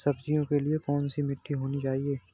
सब्जियों के लिए कैसी मिट्टी होनी चाहिए?